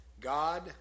God